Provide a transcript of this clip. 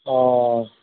অঁ